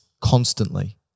constantly